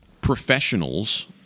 professionals